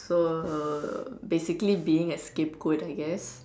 so basically being a scapegoat I guess